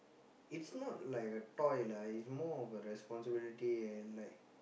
it's not like a toy lah it's more of a responsibility and like